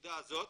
לנקודה הזאת,